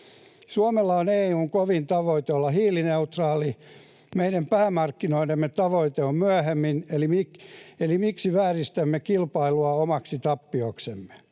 Suomella on EU:n kovin tavoite olla hiilineutraali. Meidän päämarkkinoidemme tavoite on myöhemmin. Eli miksi vääristämme kilpailua omaksi tappioksemme?